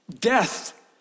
Death